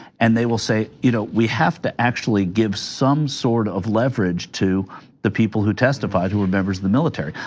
and they will say, you know we have to actually give some sort of leverage to the people who testified who were members, the military,